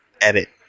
edit